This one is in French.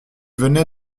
venait